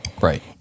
Right